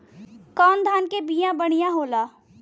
कौन धान के बिया बढ़ियां होला?